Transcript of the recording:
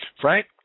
Frank